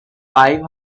five